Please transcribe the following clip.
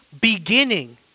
beginning